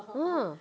ah